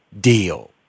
deal